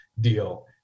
deal